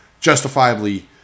justifiably